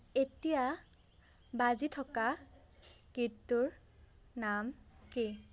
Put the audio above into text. এতিয়া বাজি থকা গীতটোৰ নাম কি